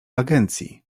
agencji